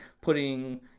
putting